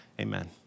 amen